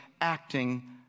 acting